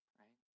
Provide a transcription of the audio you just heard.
right